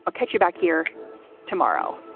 ah catch you back here tomorrow